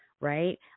Right